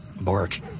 Bark